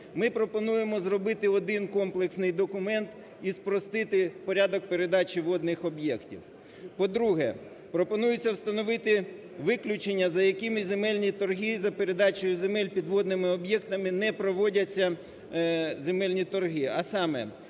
Ми пропонуємо зробити один комплексний документ і спростити порядок передачі водних об'єктів. По-друге, пропонується встановити виключення, за якими земельні торги за передачею земель під водними об'єктами не проводяться земельні торги. А саме: